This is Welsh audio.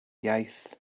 iaith